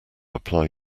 apply